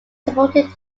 supported